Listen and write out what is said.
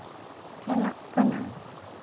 ᱪᱟᱞᱟᱜ ᱠᱟᱱᱟ